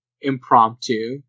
impromptu